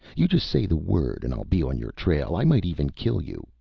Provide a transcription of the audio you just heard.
you just say the word and i'll be on your tail. i might even kill you.